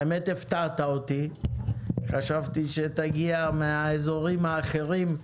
האמת, הפתעת אותי, חשבתי שתגיע מהאזורים האחרים,